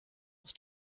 auf